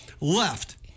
left